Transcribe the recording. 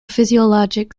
physiologic